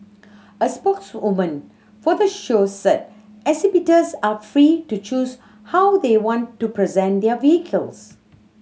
a spokeswoman for the show said exhibitors are free to choose how they want to present their vehicles